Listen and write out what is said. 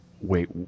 wait